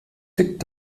tickt